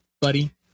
buddy